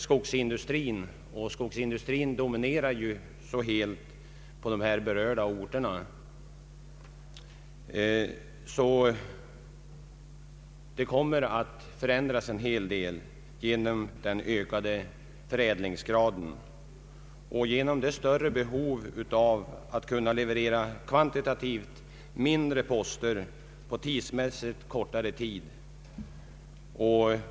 Skogsindustrin är ju den viktigaste näringen på de berörda orterna, och det kommer att bli en hel del förändringar genom den ökade förädlingsgraden och genom det större behovet att kunna leverera kvantitativt mindre poster på kortare tid.